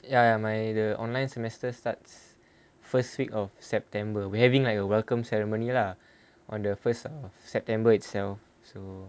ya ya my the online semester starts first week of september we having like a welcome ceremony lah on the first of september itself so